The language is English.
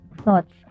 thoughts